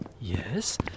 Yes